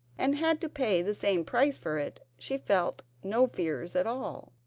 and had to pay the same price for it, she felt no fears at all.